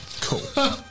Cool